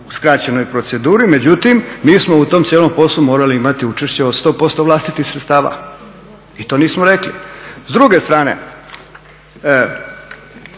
u skraćenoj proceduri. Međutim, mi smo u tom cijelom poslu morali imati učešće od 100% vlastitih sredstava i to nismo rekli. S druge strane